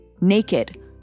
Naked